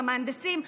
המהנדסים,